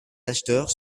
acheteurs